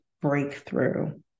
breakthrough